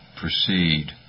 proceed